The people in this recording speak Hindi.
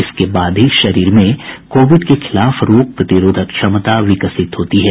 इसके बाद ही शरीर में कोविड के खिलाफ रोग प्रतिरोधक क्षमता विकसित होती है